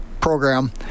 program